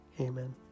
Amen